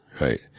right